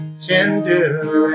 tender